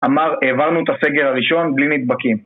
אמר, העברנו את הסגר הראשון בלי נדבקים